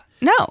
No